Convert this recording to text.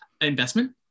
investment